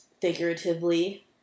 figuratively